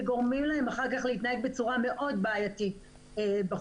שגורמים להם אחר כך להתנהג בצורה מאוד בעייתית בחוץ,